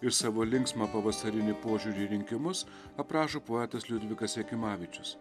ir savo linksmą pavasarinį požiūrį į rinkimus aprašo poetas liudvikas jakimavičius